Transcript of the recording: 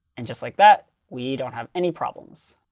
and just like that, we don't have any problems.